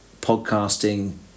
podcasting